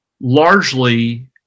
largely